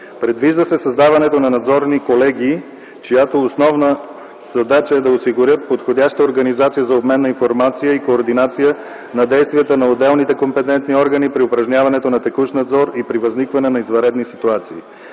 Предвижда се създаването на надзорни колегии, чиято основна задача е да осигурят подходяща организация за обмен на информация и координация на действията на отделните компетентни органи при упражняването на текущия надзор и при възникване на извънредни ситуации.